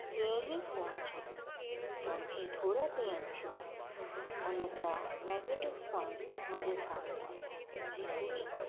जीअं ई फ़ोन जो फ़ोन खे थोरा ॾींहं थियो हुनजा नेगेटिव पोइंट्स मुंहिंजे साम्हूं आया जीअं की